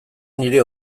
nire